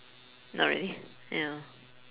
not really ya